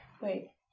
Wait